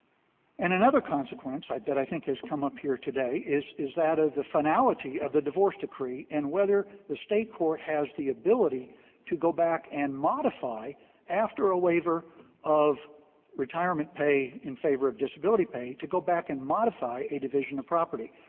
and another consequence i that i think has come up here today is is that of the finality of the divorce decree and whether the state court has the ability to go back and modify after a waiver of retirement pay in favor of disability pay, to go back and modify a division of property.